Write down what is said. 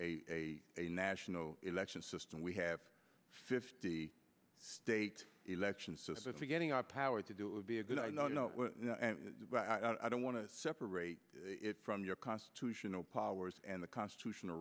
a a national election system we have a fifty state election system getting our power to do it would be a good i don't know about i don't want to separate it from your constitutional powers and the constitutional